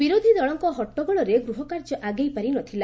ବିରୋଧ ଦଳଙ୍କ ହଟ୍ଟଗୋଳରେ ଗୃହକାର୍ଯ୍ୟ ଆଗେଇ ପାରିନଥିଲା